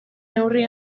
neurri